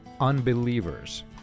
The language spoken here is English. unbelievers